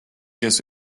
kes